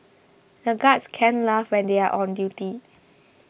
the guards can't laugh when they are on duty